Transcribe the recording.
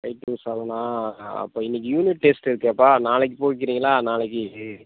தைப்பூசாள்னா அப்போ இன்னக்கு unit test இருக்கேப்பா நாளைக்கு போய்கிறீங்களா நாளைக்கு